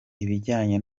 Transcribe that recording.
ibijyanye